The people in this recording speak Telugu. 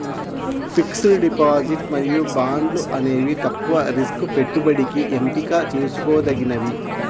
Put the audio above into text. ఫిక్స్డ్ డిపాజిట్ మరియు బాండ్లు అనేవి తక్కువ రిస్క్ పెట్టుబడికి ఎంపిక చేసుకోదగినవి